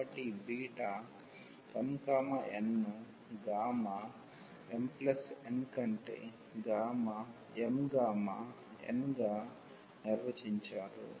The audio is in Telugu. కాబట్టి ఈ బీటా m n ను గామా mn కంటే గామా m గామా n గా నిర్వచించారు